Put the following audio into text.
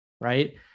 Right